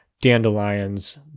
dandelions